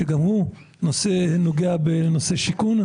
שגם הוא בנושא שנוגע בנושא שיכון,